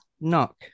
knock